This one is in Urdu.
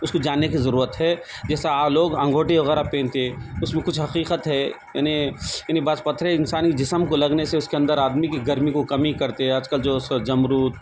اس کو جاننے کی ضرورت ہے جیسے لوگ انگوٹھی وغیرہ پہنتے اس میں کچھ حقیقت ہے یعنی یعنی بعض پتھرے انسانی جسم کو لگنے سے اس کے اندر آدمی کی گرمی کو کمی کرتے آج کل جو ہے سو جمروت